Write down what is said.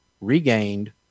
regained